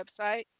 website